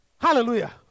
Hallelujah